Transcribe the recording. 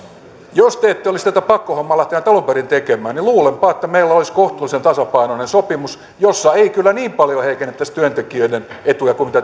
jos te te ette olisi tätä pakkohommaa lähteneet alun perin tekemään niin luulenpa että meillä olisi kohtuullisen tasapainoinen sopimus jossa ei kyllä niin paljon heikennettäisi työntekijöiden etuja kuin